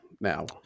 now